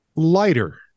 Lighter